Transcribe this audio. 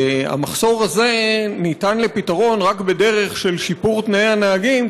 והמחסור הזה ניתן לפתרון רק בדרך של שיפור תנאי הנהגים,